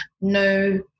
no